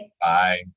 Bye